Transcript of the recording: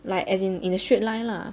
like as in in a straight line lah